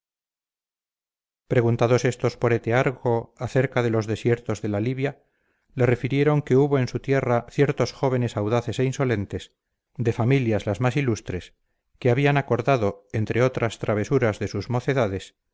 preguntados estos por etearco acerca de los desiertos de la libia le refirieron que hubo en su tierra ciertos jóvenes audaces e insolentes de familias las más ilustres que habían acordado entre otras travesuras de sus mocedades